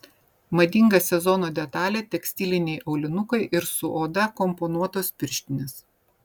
madinga sezono detalė tekstiliniai aulinukai ir su oda komponuotos pirštinės